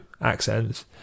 accents